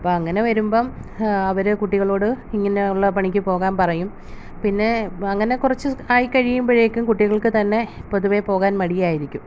അപ്പോൾ അങ്ങനെ വരുമ്പം അവർ കുട്ടികളോട് ഇങ്ങനെയുള്ള പണിക്ക് പോകാൻ പറയും പിന്നെ അങ്ങനെ കുറച്ച് ആയി കഴിയുമ്പോഴേക്കും കുട്ടികൾക്ക് തന്നെ പൊതുവെ പോകാൻ മടിയായിരിക്കും